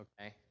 Okay